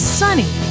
sunny